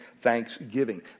thanksgiving